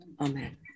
Amen